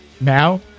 Now